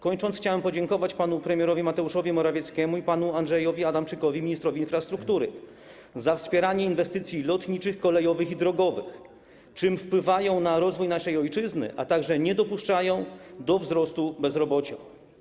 Kończąc, chciałbym podziękować panu premierowi Mateuszowi Morawieckiemu i panu Andrzejowi Adamczykowi, ministrowi infrastruktury, za wspieranie inwestycji lotniczych, kolejowych i drogowych, co ma wpływ na rozwój naszej ojczyzny, a także pozwala zapobiegać wzrostowi bezrobocia.